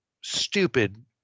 stupid